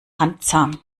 handzahm